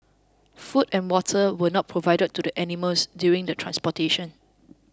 food and water were not provided to the animals during the transportation